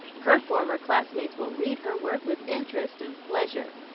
her former classmates will read her work with interest and pleasure.